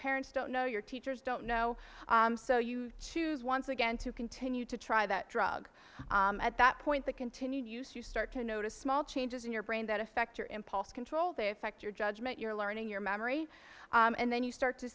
parents don't know your teachers don't know so you choose once again to continue to try that drug at that point the continued use you start to notice small changes in your brain that affect your impulse control they affect your judgment your learning your memory and then you start to